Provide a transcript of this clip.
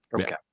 Okay